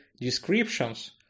descriptions